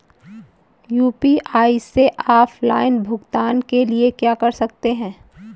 UPI से offline भुगतान के लिए क्या कर सकते हैं?